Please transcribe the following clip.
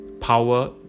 power